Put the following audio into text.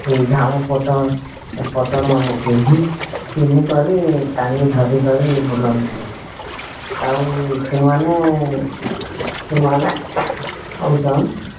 ସେ ଝାଉଁ ପତର୍ ଏ ପତର୍ମାନ ପିନ୍ଧି ପିନ୍ଧି କରି ଟାଙ୍ଗୀ ଧରି କରି ବୁଲନ୍ତି ଆଉ ସେମାନେ ସେମାନେ ହଉଚନ୍